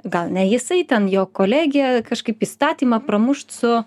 gal ne jisai ten jo kolegė kažkaip įstatymą pramušt su